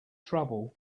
trouble